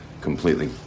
completely